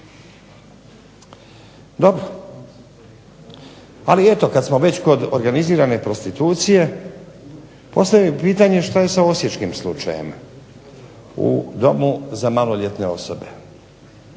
Dobro. Ali eto kad smo već kod organizirane prostitucije, postavio bih pitanje što je sa osječkim slučajem, u Domu za maloljetne osobe?